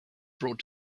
brought